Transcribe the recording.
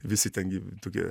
visi ten gi tokie